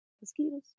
Mosquitoes